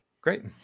Great